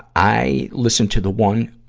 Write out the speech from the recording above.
i listened to the one, ah,